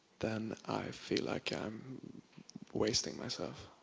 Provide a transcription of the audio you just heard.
then i feel like i'm wasting myself.